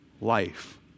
life